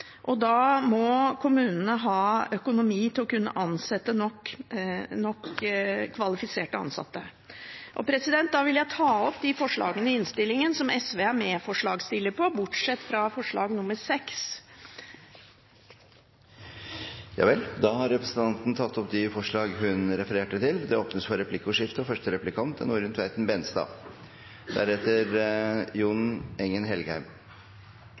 krevende. Da må kommunene ha økonomi til å kunne ansette nok kvalifiserte ansatte. Da vil jeg ta opp de forslagene i innstillingen som SV er medforslagsstiller til, bortsett fra forslag nr. 6. Representanten Karin Andersen har tatt opp de forslagene hun refererte til. Det blir replikkordskifte.